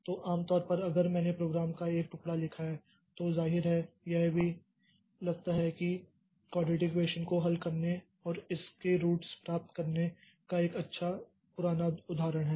तो आम तौर पर अगर मैंने प्रोग्राम का एक टुकड़ा लिखा है तो जाहिर है यह भी लगता है कि क्वॅडरेटिक ईक्वेशन को हल करने और इसकी रूट्स प्राप्त करने का एक अच्छा पुराना उदाहरण है